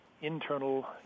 internal